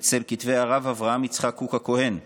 אצל כתבי הרב אברהם יצחק הכהן קוק,